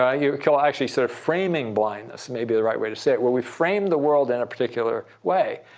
ah you were so actually sort of framing blindness, may be the right way to say it. where we framed the world in a particular way,